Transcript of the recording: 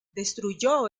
destruyó